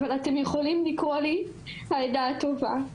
אבל אתם יכולים לקרוא לי העדה הטובה.